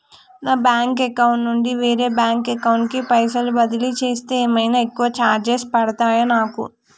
నా bank account నుండి వేరే బ్యాంక్ అకౌంట్ కి పైసల్ బదిలీ చేస్తే ఏమైనా ఎక్కువ చార్జెస్ పడ్తయా నాకు?